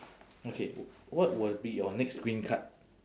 okay what will be your next green card